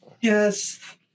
Yes